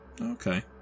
Okay